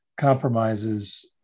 compromises